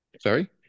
Sorry